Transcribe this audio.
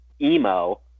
emo